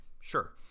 sure